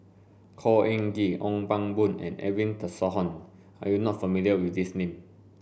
Khor Ean Ghee Ong Pang Boon and Edwin Tessensohn are you not familiar with these name